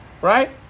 right